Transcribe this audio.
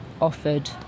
offered